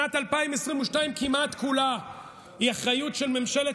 שנת 2022 כמעט כולה היא אחריות של ממשלת